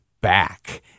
back